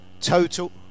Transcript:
total